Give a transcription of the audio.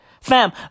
Fam